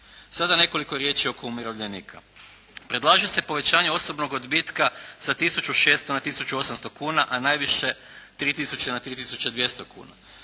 Sada nekoliko riječi oko umirovljenika. Predlaže se povećanje osobnog odbitka sa tisuću 600 na tisuću 800 kuna, a najviše 3 tisuće na